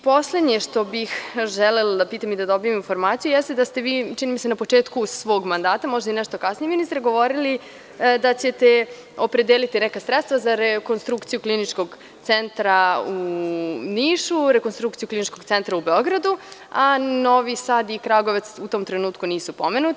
Poslednje što bih želela da pitam i dobijem informaciju jeste da ste vi, čini mi se, na početku svog mandata, možda i nešto kasnije, ministre, govorili da ćete opredeliti neka sredstva za rekonstrukciju Kliničkog centra u Nišu, rekonstrukciju Kliničkog centra u Beogradu, a Novi Sad i Kragujevac u tom trenutku nisu pomenuti.